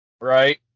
Right